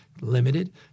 limited